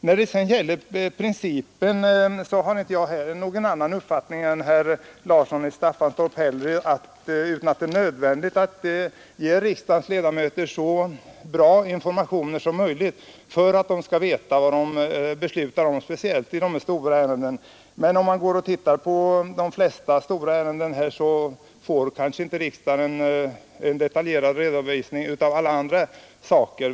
När det gäller principen har jag inte någon annan uppfattning än herr Larsson i Staffanstorp: det är nödvändigt att ge riksdagens ledamöter så bra informationer som möjligt för att de skall veta vad de beslutar om, speciellt i sådana här stora ärenden. Men om man tittar på andra stora ärenden, finner man nog att riksdagen inte får en detaljerad redovisning av alla saker.